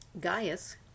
Gaius